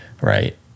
right